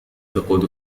تقود